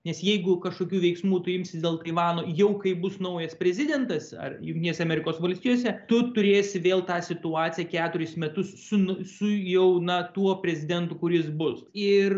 nes jeigu kažkokių veiksmų tų imsis dėl taivano jau kai bus naujas prezidentas ar jungtinėse amerikos valstijose tu turėsi vėl tą situaciją keturis metus su nu su jau na tuo prezidentu kuris bus ir